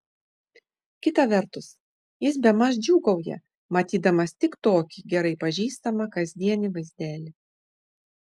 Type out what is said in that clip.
kita vertus jis bemaž džiūgauja matydamas tik tokį gerai pažįstamą kasdienį vaizdelį